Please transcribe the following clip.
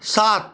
সাত